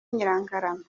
nyirangarama